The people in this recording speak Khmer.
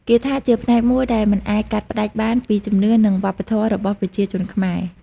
គាថាជាផ្នែកមួយដែលមិនអាចកាត់ផ្តាច់បានពីជំនឿនិងវប្បធម៌របស់ប្រជាជនខ្មែរ។